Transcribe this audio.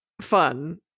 fun